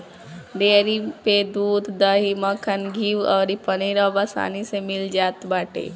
dairy पे दूध, दही, मक्खन, घीव अउरी पनीर अब आसानी में मिल जात बाटे